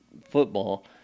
football